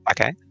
Okay